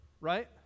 right